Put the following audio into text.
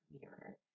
mirror